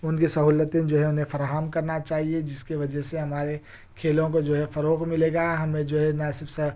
ان کی سہولتیں جو ہیں انہیں فراہم کرنا چاہئے جس کے وجہ سے ہمارے کھیلوں کو جو ہے فروغ ملے گا ہمیں جو ہے نا سا